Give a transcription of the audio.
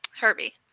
Herbie